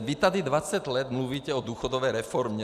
Vy tady 20 let mluvíte o důchodové reformě.